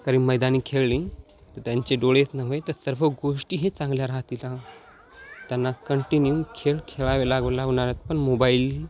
कारण मैदानी खेळली तर त्यांचे डोळेच नव्हे तर सर्व गोष्टीही चांगल्या राहतील अहो त्यांना कंटिन्यू खेळ खेळावे लागो लाओ उन्हाळ्या पण मोबाईल